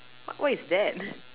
wh~ what is that